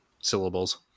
syllables